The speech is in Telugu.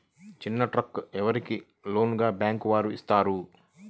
చిన్న ట్రాక్టర్ ఎవరికి లోన్గా బ్యాంక్ వారు ఇస్తారు?